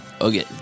Okay